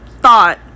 thought